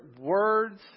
words